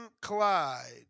Clyde